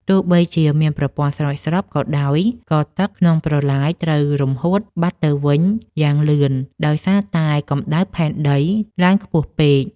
ទោះបីជាមានប្រព័ន្ធស្រោចស្រពក៏ដោយ ក៏ទឹកក្នុងប្រឡាយត្រូវរំហួតបាត់ទៅវិញយ៉ាងលឿនដោយសារតែកម្ដៅផែនដីឡើងខ្ពស់ពេក។